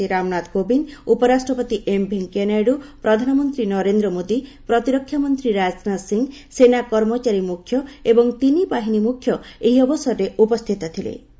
ରାଷ୍ଟ୍ରପତି ରାମନାଥ କୋବିନ୍ଦ ଉପରାଷ୍ଟ୍ରପତି ଏମ୍ ଭେଙ୍କିୟାନାଇଡୁ ପ୍ରଧାନମନ୍ତ୍ରୀ ନରେନ୍ଦ୍ର ମୋଦୀ ପ୍ରତିରକ୍ଷାମନ୍ତ୍ରୀ ରାଜନାଥ ସିଂ ସେନା କର୍ମଚାରୀ ମୁଖ୍ୟ ଏବଂ ତିନି ବାହିନୀ ମୁଖ୍ୟ ଏହି ଅବସରରେ ଉପସ୍ଥିତ ଥିଲେ